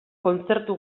kontzertu